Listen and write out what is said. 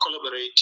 collaborate